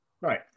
Right